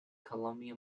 columbia